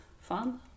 fun